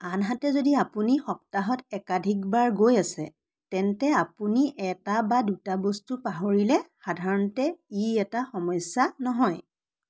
আনহাতে যদি আপুনি সপ্তাহত একাধিকবাৰ গৈ আছে তেন্তে আপুনি এটা বা দুটা বস্তু পাহৰিলে সাধাৰণতে ই এটা সমস্যা নহয়